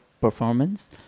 performance